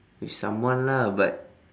with someone lah but